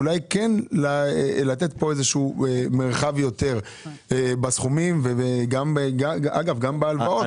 אולי כן לתת פה איזה שהוא מרחב יותר בסכומים וגם אגב גם בהלוואות,